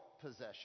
possession